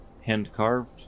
hand-carved